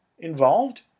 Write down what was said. Involved